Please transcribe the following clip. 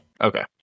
Okay